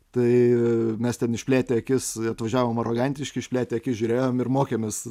tai mes ten išplėtę akis atvažiavom arogantiški išplėtę akis žiūrėjom ir mokėmės